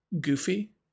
goofy